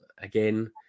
again